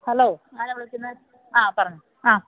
hello ആരാണ് വിളിക്കുന്നത് ആ പറഞ്ഞോളൂ ആ